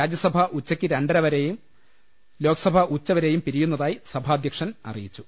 രാജ്യസഭ ഉച്ചയ്ക്ക് രണ്ടര വരെയും ലോക്സഭ ഉച്ചവരെയും പിരിയുന്നതായി സഭാധ്യക്ഷർ അറിയിച്ചു